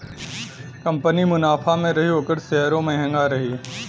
company मुनाफा मे रही ओकर सेअरो म्हंगा रही